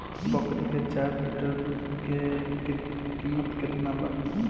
बकरी के चार लीटर दुध के किमत केतना बा?